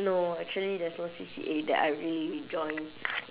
no actually there's no C_C_A that I really join